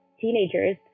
teenagers